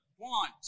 One